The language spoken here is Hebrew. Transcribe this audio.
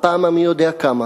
בפעם המי-יודע-כמה